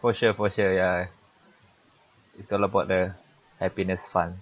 for sure for sure ya it's all about the happiness fund